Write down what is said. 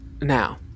Now